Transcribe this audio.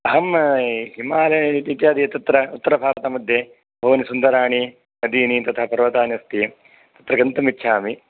अहं हिमालय इत्त्यादि तत्र उत्तरभारतमध्ये बहूनि सुन्दराणि नदीनि तथा पर्वतानि अस्ति तत्र गन्तुमिच्छामि